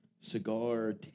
cigar